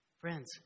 Friends